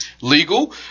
legal